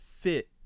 fit